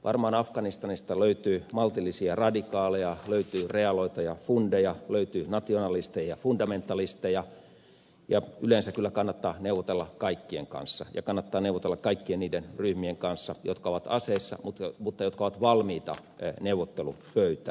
varmaan afganistanista löytyy maltillisia radikaaleja löytyy realoita ja fundeja löytyy nationalisteja ja fundamentalisteja ja yleensä kyllä kannattaa neuvotella kaikkien kanssa ja kannattaa neuvotella kaikkien niiden ryhmien kanssa jotka ovat aseissa mutta jotka ovat valmiita neuvottelupöytään